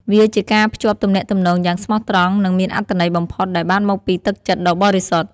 វាជាការភ្ជាប់ទំនាក់ទំនងយ៉ាងស្មោះត្រង់និងមានអត្ថន័យបំផុតដែលបានមកពីទឹកចិត្តដ៏បរិសុទ្ធ។